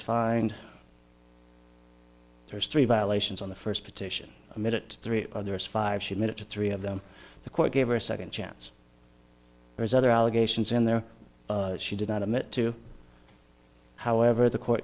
fined there's three violations on the first petition a minute three others five she admitted to three of them the court gave her a second chance there's other allegations in there she did not admit to however the court